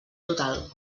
total